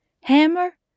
Hammer